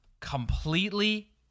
completely